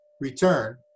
return